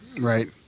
Right